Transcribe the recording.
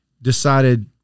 decided